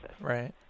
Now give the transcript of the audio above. Right